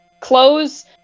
close